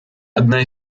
одна